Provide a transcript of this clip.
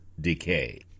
decay